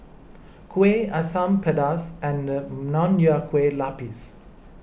Kuih Asam Pedas and Nonya Kueh Lapis